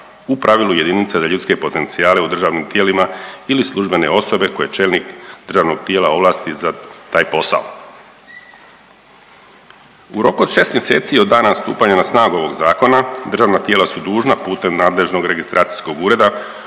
u pravilu jedinica za ljudske potencijale u državnim tijelima ili službene osobe koje čelnik državnog tijela ovlasti za taj posao. U roku od 6 mjeseci od dana stupanja na snagu ovog zakona državna tijela su dužna putem nadležnog registracijskog ureda